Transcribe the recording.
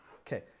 Okay